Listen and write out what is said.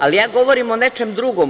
Ali ja govorim o nečem drugom.